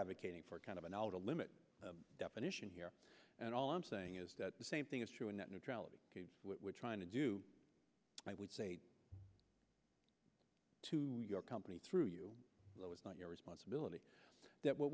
advocating for kind of an outer limit definition here and all i'm saying is that the same thing is true in net neutrality we're trying to do i would say to your company through you know it's not your responsibility that what